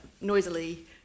noisily